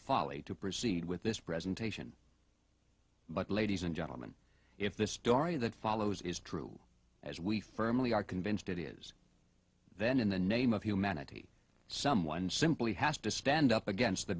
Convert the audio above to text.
folly to proceed with this presentation but ladies and gentlemen if this story that follows is true as we firmly are convinced it is then in the name of humanity someone simply has to stand up against the